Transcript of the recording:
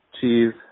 cheese